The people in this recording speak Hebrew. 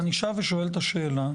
אני שב ושואל את השאלה,